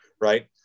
right